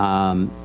um,